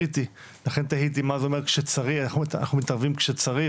לכן תהיתי מה זה אומר אנחנו מתערבים כשצריך,